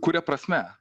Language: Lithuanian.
kuria prasme